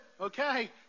okay